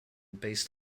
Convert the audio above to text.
based